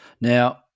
now